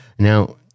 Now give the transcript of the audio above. Now